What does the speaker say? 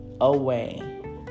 Away